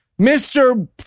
Mr